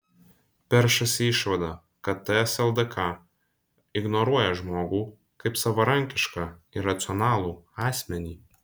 peršasi išvada kad ts ldk ignoruoja žmogų kaip savarankišką ir racionalų asmenį